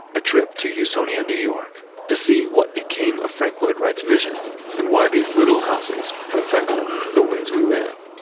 a trip to usonia, new york to see what became of frank lloyd wright's vision and why these little houses have affected the ways we live